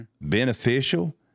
beneficial